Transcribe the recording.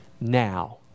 now